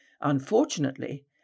Unfortunately